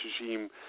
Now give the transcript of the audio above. regime